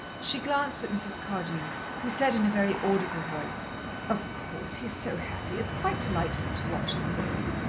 she glanced at mrs. cardew, who said in a very audible voice of course. he's so happy. it's quite delightful to watch them both.